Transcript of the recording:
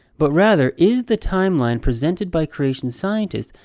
but rather, is the timeline presented by creation scientists,